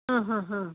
ಹಾಂ ಹಾಂ ಹಾಂ